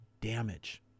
damage